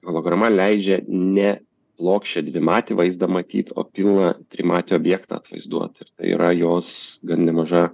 holograma leidžia ne plokščią dvimatį vaizdą matyt o pilną trimatį objektą atvaizduot ir tai yra jos gan nemaža